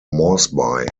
moresby